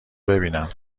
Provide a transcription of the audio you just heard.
ببینم